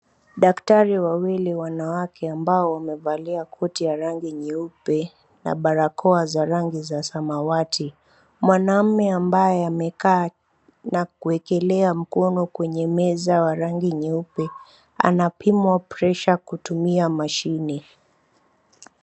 Daktari wawili wanawake ambao wamevalia koti ya rangi nyeupe na barakoa za rangi za samawati. Mwanaume ambaye amekaa na kuekelea mkono kwenye meza wa rangi nyeupe anapimwa presha kutumia mashine .